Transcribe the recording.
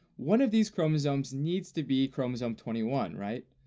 one of these chromosomes needs to be chromosome twenty one right?